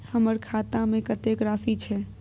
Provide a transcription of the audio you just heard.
हमर खाता में कतेक राशि छै?